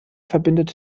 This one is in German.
verbindet